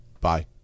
Bye